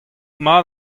mat